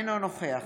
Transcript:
אינו נוכח